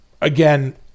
Again